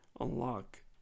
unlock